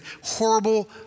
horrible